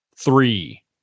three